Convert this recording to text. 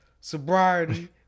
sobriety